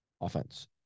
offense